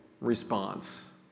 response